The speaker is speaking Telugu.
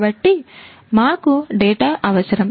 కాబట్టి మాకు డేటా అవసరం